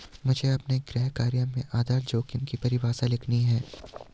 मुझे अपने गृह कार्य में आधार जोखिम की परिभाषा लिखनी है